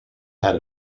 had